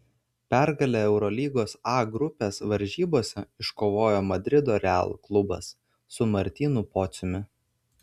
pergalę eurolygos a grupės varžybose iškovojo madrido real klubas su martynu pociumi